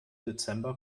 dezember